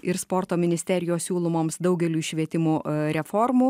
ir sporto ministerijos siūlomoms daugeliui švietimų reformų